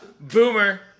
Boomer